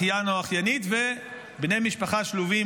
אחיין או אחיינית ובני משפחה שלובים,